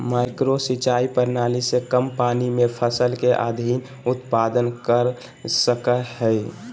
micro सिंचाई प्रणाली से कम पानी में फसल के अधिक उत्पादन कर सकय हइ